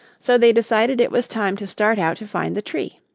so they decided it was time to start out to find the tree.